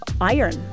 iron